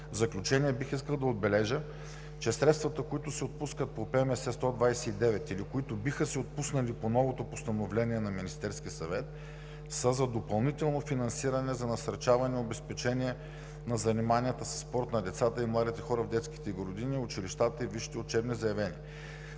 В заключение, бих искал да отбележа, че средствата, които се отпускат по ПМС № 129, или които биха се отпуснали по новото постановление на Министерския съвет, са за допълнително финансиране за насърчаване и обезпечение на заниманията със спорт на децата и младите хора, в детските градини, училищата и висшите учебни заведения.